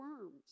worms